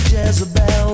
Jezebel